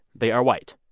they are white.